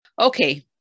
Okay